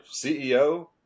CEO